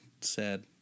sad